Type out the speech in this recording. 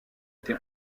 été